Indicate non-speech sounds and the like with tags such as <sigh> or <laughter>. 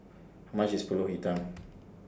much IS Pulut Hitam <noise>